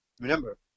remember